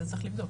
זה צריך לבדוק.